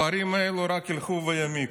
הפערים האלו רק ילכו ויעמיקו.